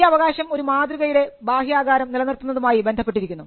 ഈ അവകാശം ഒരു മാതൃകയുടെ ബാഹ്യാകാരം നിലനിർത്തുന്നതുമായി ബന്ധപ്പെട്ടിരിക്കുന്നു